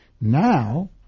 Now